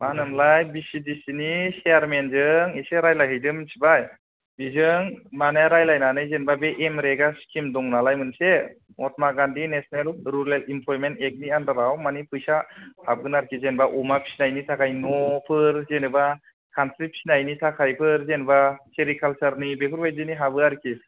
मा होनोमोनलाय V C D C नि सेयारमेनजों एसे रायलायहैदो मोनथिबाय बेजों मानि रायलायनानै जेनैबा बे एम रेगा चिकिम दं नालाय मोनसे Mahatma Gandhi national rural employment एक्टनि आण्डाराव मानि फैसा हाबगोन आरोखि जेनबा अमा फिनायनि थाखाय न फोर जेन'बा खानस्रि फिसिनायनि थाखायफोर जेनैबा सेरिकाल्सारनि बेफोरबादिनि हाबो आरखि